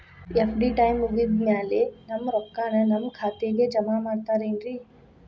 FD time ಮುಗಿದಾದ್ ಮ್ಯಾಲೆ ನಮ್ ರೊಕ್ಕಾನ ನಮ್ ಖಾತೆಗೆ ಜಮಾ ಮಾಡ್ತೇರೆನ್ರಿ?